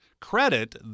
credit